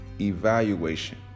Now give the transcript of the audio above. evaluation